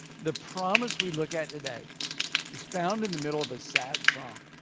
the promise we look at today is found in the middle of a sad song.